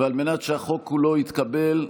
ועל מנת שהחוק כולו יתקבל,